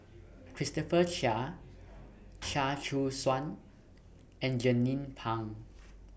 Christopher Chia Chia Choo Suan and Jernnine Pang